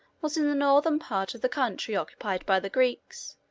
was in the northern part of the country occupied by the greeks,